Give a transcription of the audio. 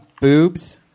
boobs